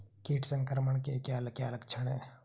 कीट संक्रमण के क्या क्या लक्षण हैं?